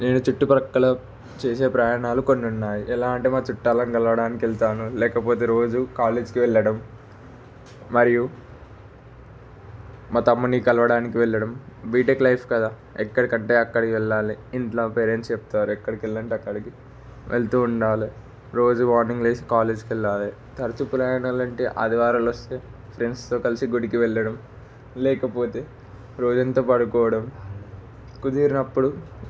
నేను చుట్టుప్రక్కల చేసే ప్రయాణాలు కొన్ని ఉన్నాయి ఎలా అంటే మా చుట్టాలను కలవడానికి వెళ్తాను లేకపోతే రోజు కాలేజీకి వెళ్ళడం మరియు మా తమ్ముని కలవడానికి వెళ్ళడం బీటెక్ లైఫ్ కదా ఎక్కడికంటే అక్కడికి వెళ్ళాలి ఇంట్లో పేరెంట్స్ చెప్తారు ఎక్కడికి వెళ్ళంటే అక్కడికి వెళ్తూ ఉండాలి రోజు మార్నింగ్ లేసి కాలేజ్కి వెళ్ళాలి తరచూ ప్రయాణాలు అంటే ఆదివారాలు వస్తే ఫ్రెండ్స్తో కలిసి గుడికి వెళ్ళడం లేకపోతే రోజంతా పడుకోవడం కుదిరినప్పుడు